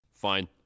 Fine